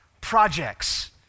projects